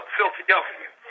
Philadelphia